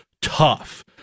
tough